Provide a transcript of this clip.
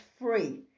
free